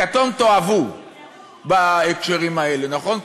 כתום תאהבו בהקשרים האלה, נכון?